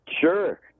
sure